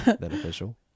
beneficial